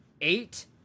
eight